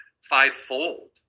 fivefold